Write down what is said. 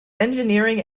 engineering